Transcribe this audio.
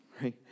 right